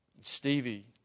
Stevie